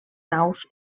naus